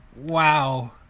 Wow